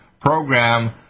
program